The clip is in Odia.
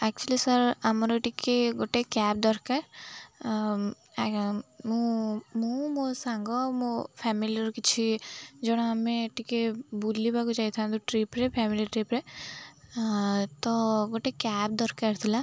ଆକ୍ଚୁଆଲି ସାର୍ ଆମର ଟିକେ ଗୋଟେ କ୍ୟାବ୍ ଦରକାର ଆଜ୍ଞା ମୁଁ ମୁଁ ମୋ ସାଙ୍ଗ ମୋ ଫ୍ୟାମିଲିର କିଛି ଜଣ ଆମେ ଟିକେ ବୁଲିବାକୁ ଯାଇଥାନ୍ତୁ ଟ୍ରିପ୍ରେ ଫ୍ୟାମିଲି ଟ୍ରିପ୍ରେ ତ ଗୋଟେ କ୍ୟାବ୍ ଦରକାର ଥିଲା